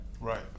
Right